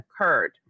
occurred